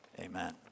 Amen